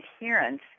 adherence